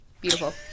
beautiful